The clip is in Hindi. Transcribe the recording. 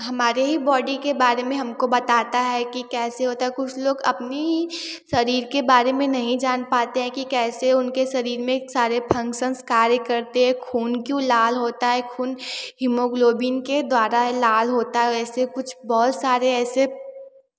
हमारे ही बॉडी के बारे में हमको बताता है कि कैसे होता है कुछ लोग अपनी ही शरीर के बारे में नहीं जान पाते है कि कैसे उनके शरीर में सारे फंक्संस कार्य करते हैं खून क्यों लाल होता है खून हिमोगलोबिन के द्वारा लाल होता है ऐसे कुछ बहुत सारे ऐसे